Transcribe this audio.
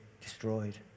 destroyed